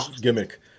gimmick